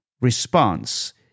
response